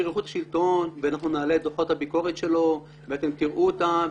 אביר איכות השלטון ואנחנו נעלה את דוחות הביקורת שלו ואתם תראו אותם.